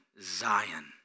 Zion